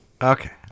Okay